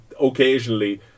occasionally